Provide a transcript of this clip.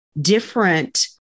different